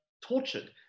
tortured